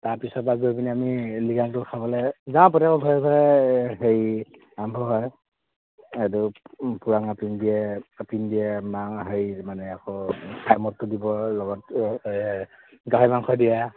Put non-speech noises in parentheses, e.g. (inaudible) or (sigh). তাৰপিছৰ পৰা গৈ পিনি আমি লিগাংটো খাবলে যাওঁ (unintelligible) লগত গাহৰি মাংস দিয়ে